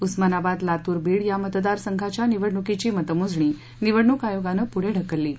उस्मानाबाद लातूर बीड या मतदार संघाच्या निवडणुकीची मतमोजणी निवडणूक आयोगानं पुढे ढकलली आहे